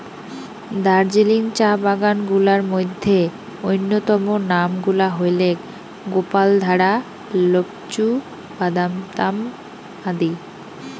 দার্জিলিং চা বাগান গুলার মইধ্যে অইন্যতম নাম গুলা হইলেক গোপালধারা, লোপচু, বাদামতাম আদি